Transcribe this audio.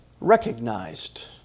recognized